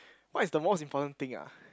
what is the most important thing ah